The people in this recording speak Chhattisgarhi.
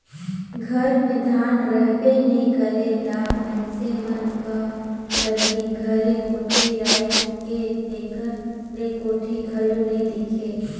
घर मे धान रहबे नी करे ता मइनसे मन का करही घरे कोठी राएख के, तेकर ले कोठी घलो नी दिखे